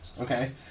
Okay